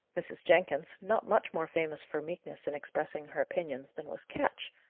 mrs. jenkins, not much more famous for meekness in expressing her opinions than was ketch,